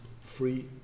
free